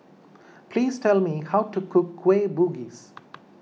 please tell me how to cook Kueh Bugis